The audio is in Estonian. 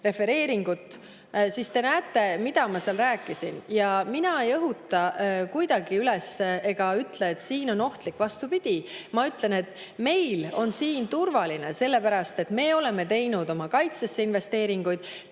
refereeringut, siis te näete, mida ma seal rääkisin. Mina ei õhuta kuidagi ega ütle, et siin on ohtlik. Vastupidi, ma ütlen, et meil on siin turvaline, sellepärast et me oleme teinud oma kaitsesse investeeringuid,